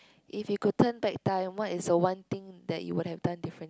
if you could turn back time what is the one thing that you would have done differently